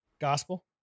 Gospel